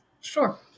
Sure